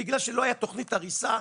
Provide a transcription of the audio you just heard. בגלל שלא הייתה תוכנית הריסה,